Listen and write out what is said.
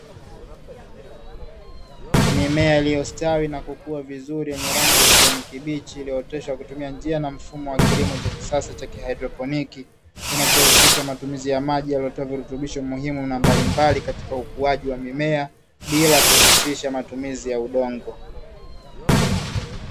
Mimea iliyo stawi na kukua vizuri yenye rangi ya kijani kibichi iliyo otesha na kutumia njia na mfumo wa kilimo cha kisasa cha haindroponiki, kinacho husisha matumizi ya maji yanayotoa virutubisho muhimu na mbalimbali katika ukuaji wa mimea bila kuhusisha matumizi ya udongo.